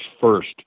first